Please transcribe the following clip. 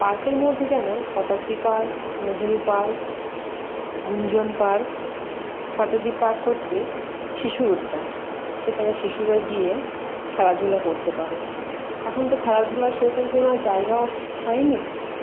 পার্কের মধ্যে যেমন Shatabdi park Nehru park Gunjan park Shatabdi park হচ্ছে শিশু উদ্যান সেখানে শিশুরা গিয়ে খেলাধুলা করতে পারে এখন তো খেলাধুলার সেরকম কোনো আর জায়গা হয় নি